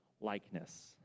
likeness